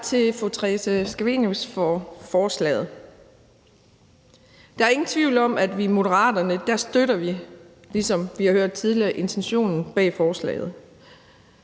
Tak til fru Theresa Scavenius for forslaget. Der er ingen tvivl om, at vi i Moderaterne støtter, ligesom vi har hørt tidligere, intentionen bag forslaget.